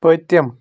پٔتِم